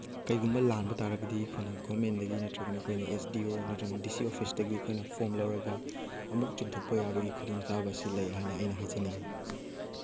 ꯀꯩꯒꯨꯝꯕ ꯂꯥꯟꯕ ꯇꯥꯔꯒꯗꯤ ꯑꯩꯈꯣꯏꯅ ꯒꯣꯃꯦꯟꯗꯒꯤ ꯅꯠꯇ꯭ꯔꯒ ꯑꯩꯈꯣꯏꯅ ꯑꯦꯁ ꯗꯤ ꯑꯣ ꯅꯠꯇ꯭ꯔꯒꯅ ꯗꯤ ꯁꯤ ꯑꯣꯐꯤꯁꯇꯒꯤ ꯑꯩꯈꯣꯏꯅ ꯐꯣꯝ ꯂꯧꯔꯒ ꯑꯃꯨꯛ ꯆꯨꯝꯊꯣꯛꯄ ꯌꯥꯕꯒꯤ ꯈꯨꯗꯣꯡꯆꯥꯕ ꯑꯁꯤ ꯂꯩ ꯍꯥꯏꯅ ꯑꯩꯅ ꯍꯥꯏꯖꯅꯤꯡꯉꯤ